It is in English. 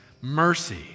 mercy